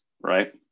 right